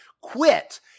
Quit